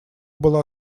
была